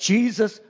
Jesus